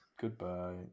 goodbye